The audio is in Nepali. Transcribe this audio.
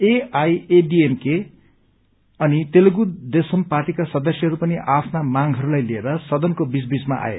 एआईएडीएमके डीएमके अनि तेलुगु देशम पार्टीका सदस्यहरू पनि आ आफ्ना मागहरूलाई लिएर सदनको बीच बीचमा आए